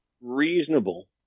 reasonable